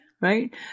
Right